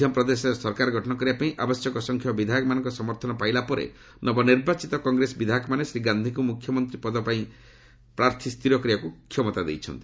ମଧ୍ୟପ୍ରଦେଶରେ ସରକାର ଗଠନ କରିବା ପାଇଁ ଆବଶ୍ୟକ ସଂଖ୍ୟକ ବିଧାୟକମାନଙ୍କ ସମର୍ଥନ ପାଇଲାପରେ ନବନିର୍ବାଚିତ କଂଗ୍ରେସ ବିଧାୟକମାନେ ଶ୍ରୀ ଗାନ୍ଧୀଙ୍କୁ ମୁଖ୍ୟମନ୍ତ୍ରୀ ପଦ ପାଇଁ ପ୍ରାର୍ଥୀ ସ୍ଥିର କରିବାକୁ କ୍ଷମତା ଦେଇଛନ୍ତି